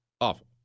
Awful